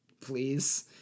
Please